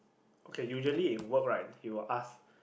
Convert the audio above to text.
okay usually in work right we will ask